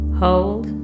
hold